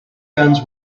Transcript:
guns